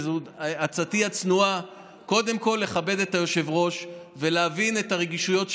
וזאת עצתי הצנועה: קודם כול לכבד את היושב-ראש ולהבין את הרגישויות שלו,